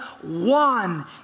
one